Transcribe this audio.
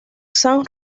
sam